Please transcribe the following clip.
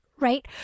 Right